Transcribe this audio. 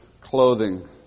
clothing